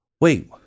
Wait